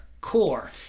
core